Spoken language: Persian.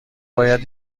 باید